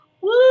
woo